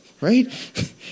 right